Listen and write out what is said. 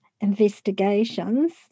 investigations